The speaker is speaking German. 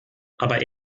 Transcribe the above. aber